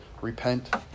repent